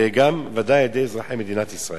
ובוודאי על-ידי אזרחי מדינת ישראל.